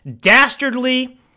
dastardly